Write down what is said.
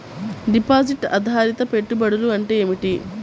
Deposit ఆధారిత పెట్టుబడులు అంటే ఏమిటి?